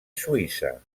suïssa